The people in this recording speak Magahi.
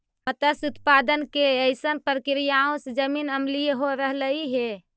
मत्स्य उत्पादन के अइसन प्रक्रियाओं से जमीन अम्लीय हो रहलई हे